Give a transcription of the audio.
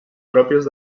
pròpies